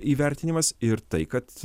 įvertinimas ir tai kad